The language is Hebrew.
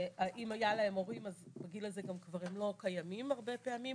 אם היה להם הורים אז בגיל הזה גם כבר הם לא קיימים הרבה פעמים,